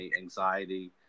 anxiety